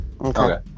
Okay